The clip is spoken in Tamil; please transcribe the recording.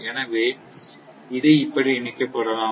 எனவே இது இப்படி இணைக்கப்படலாம்